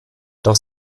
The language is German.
doch